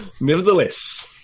Nevertheless